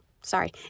sorry